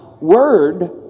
word